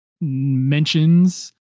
mentions